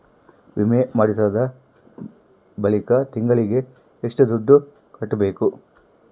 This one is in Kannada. ವಿಮೆ ಮಾಡಿಸಿದ ಬಳಿಕ ತಿಂಗಳಿಗೆ ಎಷ್ಟು ದುಡ್ಡು ಕಟ್ಟಬೇಕು?